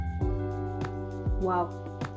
Wow